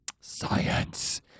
science